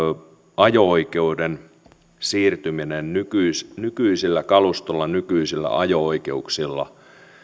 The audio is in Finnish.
ajo oikeuden siirtyminen nykyisellä kalustolla nykyisillä ajo oikeuksilla